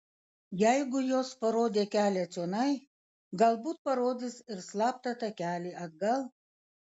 jeigu jos parodė kelią čionai galbūt parodys ir slaptą takelį atgal